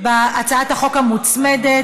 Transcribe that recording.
על הצעת החוק המוצמדת,